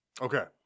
Okay